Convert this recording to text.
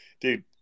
dude